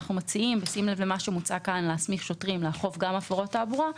ובשים לב למה שמוצע כאן להסמיך שוטרים לאכוף גם הפרות תעבורה,